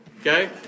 Okay